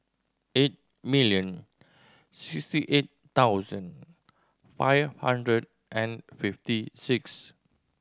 eight million sixty eight thousand five hundred and fifty six